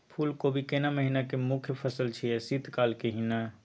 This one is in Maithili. फुल कोबी केना महिना के मुखय फसल छियै शीत काल के ही न?